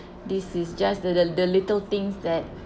this is just the the the little things that